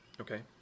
Okay